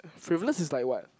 previously is like what